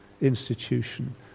institution